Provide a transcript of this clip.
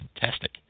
fantastic